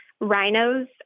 rhinos